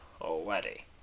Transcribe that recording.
already